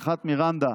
הלכת מירנדה,